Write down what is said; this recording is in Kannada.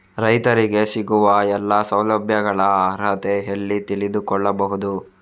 ರೈತರಿಗೆ ಸಿಗುವ ಎಲ್ಲಾ ಸೌಲಭ್ಯಗಳ ಅರ್ಹತೆ ಎಲ್ಲಿ ತಿಳಿದುಕೊಳ್ಳಬಹುದು?